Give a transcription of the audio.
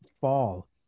fall